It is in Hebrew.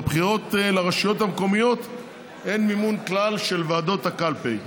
בבחירות לרשויות המקומיות אין מימון של ועדות הקלפי כלל.